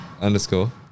Underscore